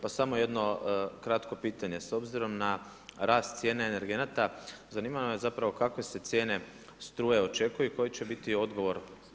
Pa samo jedno kratko pitanje, s obzirom na rast cijene energenata, zanima nas kakve se cijene struje očekuju i koji će biti odgovor?